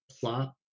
plot